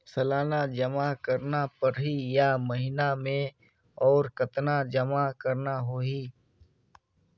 सालाना जमा करना परही या महीना मे और कतना जमा करना होहि?